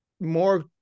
more